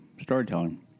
storytelling